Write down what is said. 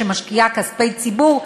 שמשקיעה כספי ציבור,